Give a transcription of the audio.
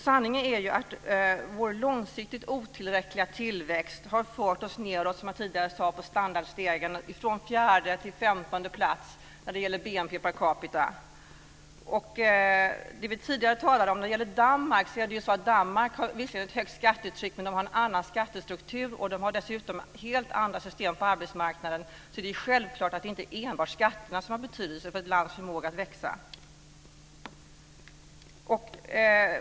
Sanningen är ju den att vår långsiktigt otillräckliga tillväxt, som jag tidigare sade, har fört oss nedåt på standardstegen, från 4:e till 15:e plats när det gäller BNP per capita. Vi talade tidigare om Danmark, som visserligen har ett högt skattetryck men som har en annan skattestruktur och dessutom helt andra system på arbetsmarknaden. Det är självklart inte enbart skatterna som har betydelse för ett lands förmåga att växa.